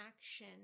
action